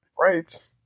right